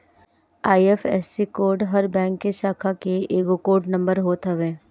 IFSC code हर bank के शाखा के एगो कोड नंबर होत हवे